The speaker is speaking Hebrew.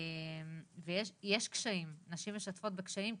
יש קשיים ונשים משתפות בקשיים,